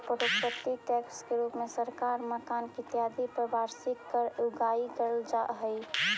property tax के रूप में सरकार मकान इत्यादि पर वार्षिक कर के उगाही करऽ हई